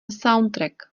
soundtrack